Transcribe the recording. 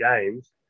games